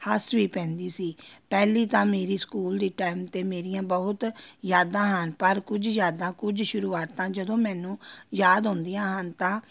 ਹੱਸ ਵੀ ਪੈਂਦੀ ਸੀ ਪਹਿਲੀ ਤਾਂ ਮੇਰੀ ਸਕੂਲ ਦੀ ਟਾਈਮ 'ਤੇ ਮੇਰੀਆਂ ਬਹੁਤ ਯਾਦਾਂ ਹਨ ਪਰ ਕੁਝ ਯਾਦਾਂ ਕੁਝ ਸ਼ੁਰੂਆਤਾਂ ਜਦੋਂ ਮੈਨੂੰ ਯਾਦ ਆਉਂਦੀਆਂ ਹਨ ਤਾਂ